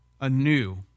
anew